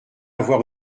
avoir